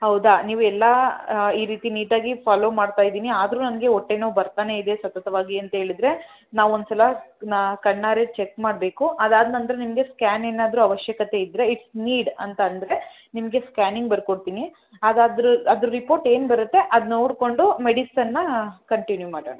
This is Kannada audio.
ಹೌದಾ ನೀವೆಲ್ಲ ಈ ರೀತಿ ನೀಟಾಗಿ ಫಾಲೋ ಮಾಡ್ತಾ ಇದ್ದೀನಿ ಆದ್ರೂ ನಂಗೆ ಹೊಟ್ಟೆ ನೋವು ಬರ್ತಾನೆಯಿದೆ ಸತತವಾಗಿ ಅಂತ ಹೇಳಿದ್ರೆ ನಾವು ಒಂದ್ಸಲ ನಾ ಕಣ್ಣಾರೇ ಚೆಕ್ ಮಾಡಬೇಕು ಅದಾದ ನಂತರ ನಿಮಗೆ ಸ್ಕ್ಯಾನ್ ಏನಾದರು ಅವಶ್ಯಕತೆ ಇದ್ರೆ ಇಟ್ಸ್ ನೀಡ್ ಅಂತಂದ್ರೆ ನಿಮಗೆ ಸ್ಕ್ಯಾನಿಂಗ್ ಬರೆ ಕೊಡ್ತೀನಿ ಅದಾದ್ರೆ ಅದರ ರಿಪೋರ್ಟ್ ಏನು ಬರುತ್ತೆ ಅದು ನೋಡ್ಕೊಂಡು ಮೆಡಿಸನ್ನ ಕಂಟಿನ್ಯೂ ಮಾಡೋಣ